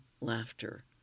laughter